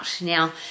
Now